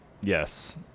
Yes